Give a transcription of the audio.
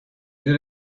did